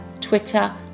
Twitter